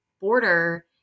border